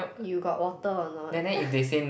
you got water or not